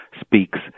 speaks